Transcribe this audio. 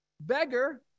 beggar